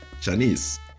Chinese